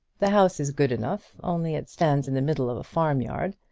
the house is good enough, only it stands in the middle of a farm-yard.